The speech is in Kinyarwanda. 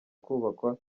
kubakwa